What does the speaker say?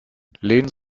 lehnen